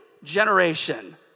generation